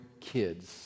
kids